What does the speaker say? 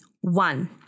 One